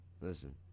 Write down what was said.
listen